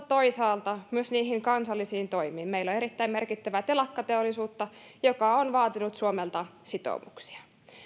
toisaalta myös niihin kansallisiin toimiin meillä on erittäin merkittävää telakkateollisuutta joka on vaatinut suomelta sitoumuksia